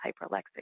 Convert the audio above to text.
hyperlexic